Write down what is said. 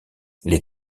les